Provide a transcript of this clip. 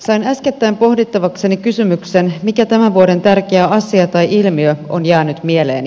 sain äskettäin pohdittavakseni kysymyksen mikä tämän vuoden tärkeä asia tai ilmiö on jäänyt mieleeni